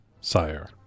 Sire